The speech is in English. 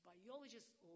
Biologists